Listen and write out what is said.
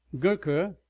gurker,